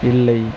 இல்லை